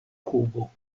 kubo